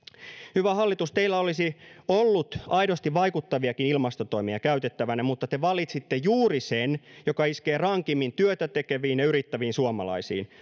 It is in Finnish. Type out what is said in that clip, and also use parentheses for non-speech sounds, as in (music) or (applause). hyvä hallitus teillä olisi ollut aidosti vaikuttaviakin ilmastotoimia käytettävänä mutta te valitsitte juuri sen joka iskee rankimmin työtä tekeviin ja yrittäviin suomalaisiin (unintelligible)